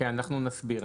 אני אסביר.